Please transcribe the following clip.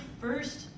first